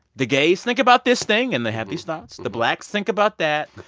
the gays think about this thing, and they have these thoughts. the blacks think about that.